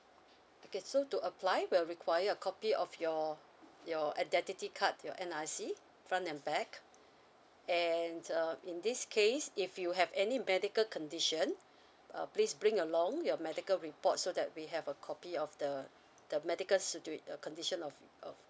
okay so to apply we'll require a copy of your your identity card your N_R_I_C front and back and um in this case if you have any medical condition uh please bring along your medical report so that we have a copy of the the medical situa~ uh condition of of